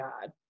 God